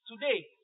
Today